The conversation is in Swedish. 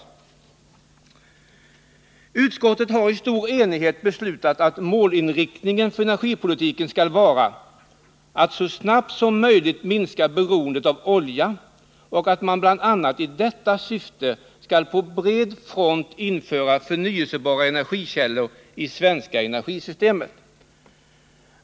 Utskottet har i stor enighet beslutat att målinriktningen för energipolitiken skall vara att så snabbt som möjligt minska beroendet av olja och att man bl.a. i detta syfte skall på bred front införa förnybara energikällor i det svenska energisystemet.